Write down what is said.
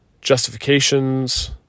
justifications